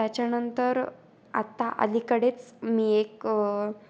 त्याच्यानंतर आत्ता अलीकडेच मी एक